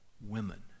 women